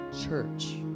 church